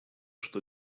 что